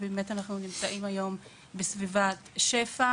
אנחנו נמצאים היום בסביבה של שפע,